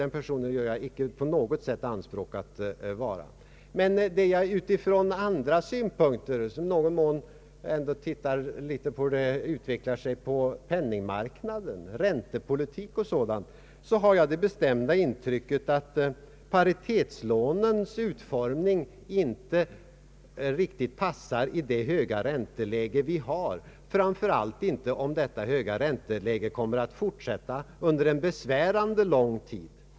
Den personen gör jag inte på något sätt anspråk på att vara. Utifrån andra synpunkter, när jag i någon mån önskar följa utvecklingen på penningmarknaden, räntepolitiken och sådant, har jag det bestämda intrycket att paritetslånens utformning inte riktigt passar i det höga ränteläge vi har, framför allt inte om detta höga ränteläge kommer att fortsätta under en besvärande lång tid.